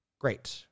Great